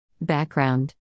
Background